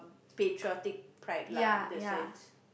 patriotic pride lah that's why